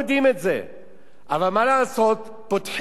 אבל מה לעשות, פותחים את העיניים לאותם ילדים,